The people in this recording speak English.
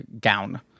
gown